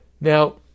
Now